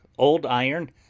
old iron,